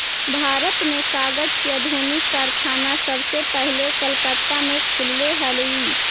भारत में कागज के आधुनिक कारखाना सबसे पहले कलकत्ता में खुलले हलइ